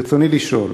ברצוני לשאול: